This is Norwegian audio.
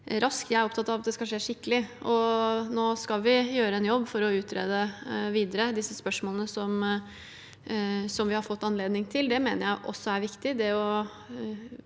jeg er opptatt av det skal skje skikkelig. Nå skal vi gjøre en jobb for å utrede disse spørsmålene videre, som vi har fått anledning til. Det mener jeg også er viktig.